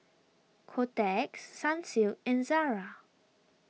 Kotex Sunsilk and Zara